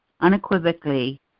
unequivocally